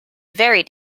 very